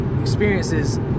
experiences